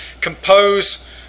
compose